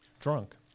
drunk